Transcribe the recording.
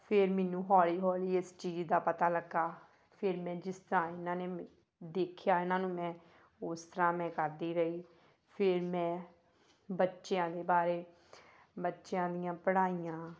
ਫਿਰ ਮੈਨੂੰ ਹੌਲੀ ਹੌਲੀ ਇਸ ਚੀਜ਼ ਦਾ ਪਤਾ ਲੱਗਾ ਫਿਰ ਮੈਂ ਜਿਸ ਤਰ੍ਹਾਂ ਇਹਨਾਂ ਨੇ ਦੇਖਿਆ ਇਹਨਾਂ ਨੂੰ ਮੈਂ ਉਸ ਤਰ੍ਹਾਂ ਮੈਂ ਕਰਦੀ ਰਹੀ ਫਿਰ ਮੈਂ ਬੱਚਿਆਂ ਦੇ ਬਾਰੇ ਬੱਚਿਆਂ ਦੀਆਂ ਪੜ੍ਹਾਈਆਂ